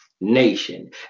nation